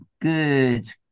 good